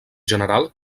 general